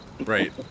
Right